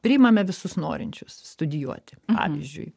priimame visus norinčius studijuoti pavyzdžiui